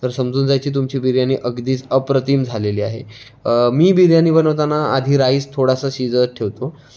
तर समजून जायची तुमची बिर्याणी अगदीच अप्रतिम झालेली आहे मी बिर्याणी बनवताना आधी राईस थोडासा शिजत ठेवतो